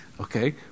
Okay